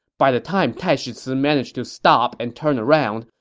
by the time taishi ci managed to stop and turn around,